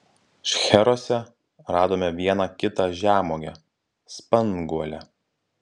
šcheruose radome vieną kitą žemuogę spanguolę